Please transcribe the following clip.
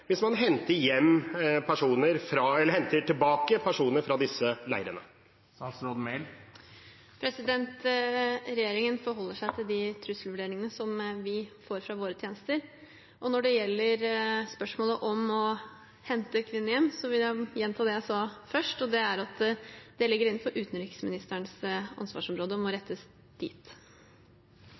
hvis man henter tilbake personer fra disse leirene. Regjeringen forholder seg til de trusselvurderingene som vi får fra våre tjenester. Når det gjelder spørsmålet om å hente kvinnene hjem, vil jeg gjenta det jeg sa først, nemlig at det ligger innenfor utenriksministerens ansvarsområde og må rettes dit.